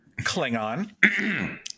Klingon